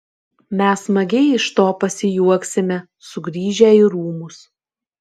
mes smagiai iš to pasijuoksime sugrįžę į rūmus